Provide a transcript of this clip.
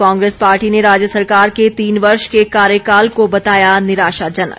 Congress party ने राज्य सरकार के तीन वर्ष के कार्यकाल को बताया निराशाजनक